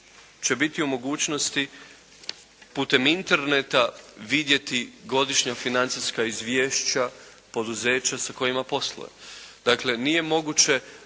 će biti u mogućnosti putem Interneta vidjeti godišnja financijska izvješća poduzeća sa kojima posluje. Dakle nije moguće